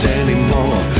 anymore